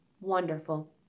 wonderful